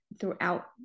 throughout